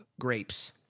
grapes